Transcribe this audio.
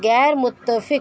غیرمتفق